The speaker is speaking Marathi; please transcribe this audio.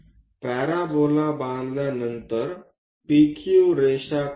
पॅराबोला बांधल्यानंतर PQ रेषा काढा